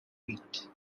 wheat